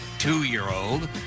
two-year-old